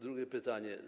Drugie pytanie.